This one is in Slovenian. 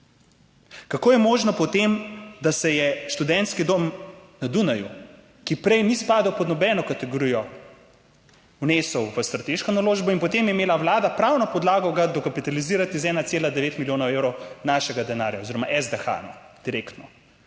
Kako je potem možno, da se je študentski dom na Dunaju, ki prej ni spadal pod nobeno kategorijo, vnesel v strateško naložbo in je potem imela Vlada pravno podlago ga dokapitalizirati z 1,9 milijona evrov našega denarja, oziroma SDH direktno?